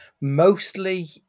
mostly